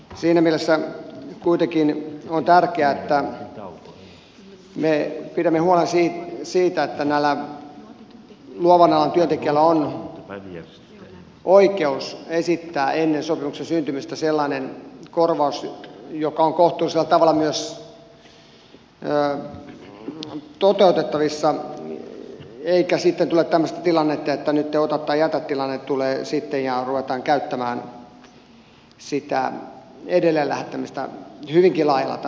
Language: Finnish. siinä mielessä kuitenkin on tärkeää että me pidämme huolen siitä että luovan alan työntekijöillä on oikeus esittää ennen sopimuksen syntymistä sellainen korvaus joka on kohtuullisella tavalla myös toteutettavissa eikä sitten tule tämmöistä tilannetta että ota tai jätä tilanne tulee sitten ja ruvetaan käyttämään sitä edelleenlähettämistä hyvinkin laajalla tavalla